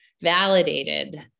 validated